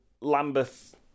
lambeth